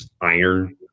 iron